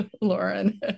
Lauren